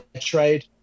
trade